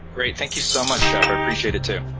great! thank you so much, jeff. i appreciate it too.